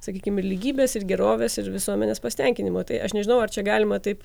sakykime lygybės ir gerovės ir visuomenės pasitenkinimo tai aš nežinau ar čia galima taip